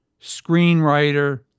screenwriter